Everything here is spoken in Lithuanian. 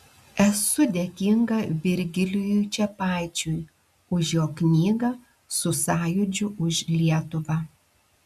esu dėkinga virgilijui čepaičiui už jo knygą su sąjūdžiu už lietuvą